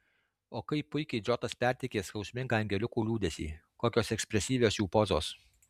o kaip puikiai džotas perteikė skausmingą angeliukų liūdesį kokios ekspresyvios jų pozos